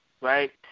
right